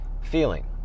Feeling